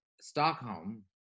Stockholm